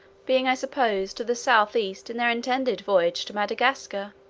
being i supposed to the south-east in their intended voyage to madagascar.